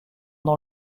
dans